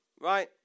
right